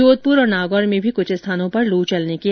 जोधपुर और नागौर में भी कुछ स्थानों पर लू चलने के आसार है